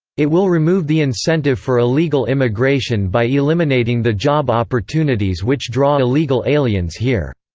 it will remove the incentive for illegal immigration by eliminating the job opportunities which draw illegal aliens here.